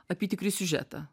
apytikrį siužetą